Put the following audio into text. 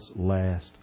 last